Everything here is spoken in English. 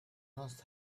must